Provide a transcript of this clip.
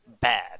bad